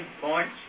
points